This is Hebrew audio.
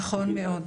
נכון מאוד.